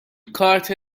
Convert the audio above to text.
کارت